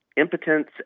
impotence